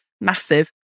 massive